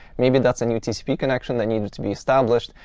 maybe that's a new tcp connection that needed to be established.